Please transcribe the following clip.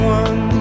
one